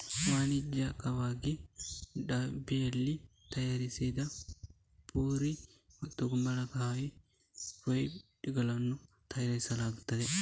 ವಾಣಿಜ್ಯಿಕವಾಗಿ ಡಬ್ಬಿಯಲ್ಲಿ ತಯಾರಿಸಿದ ಪ್ಯೂರಿ ಮತ್ತು ಕುಂಬಳಕಾಯಿ ಪೈ ಫಿಲ್ಲಿಂಗುಗಳನ್ನು ತಯಾರಿಸಲಾಗುತ್ತದೆ